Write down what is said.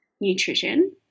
nutrition